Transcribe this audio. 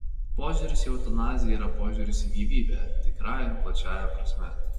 požiūris į eutanaziją yra požiūris į gyvybę tikrąja ir plačiąja prasme